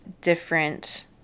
different